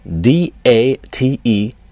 D-A-T-E